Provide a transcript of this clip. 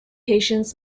patients